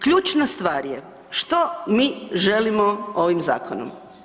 Ključna stvar je što mi želimo ovim zakonom?